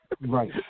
Right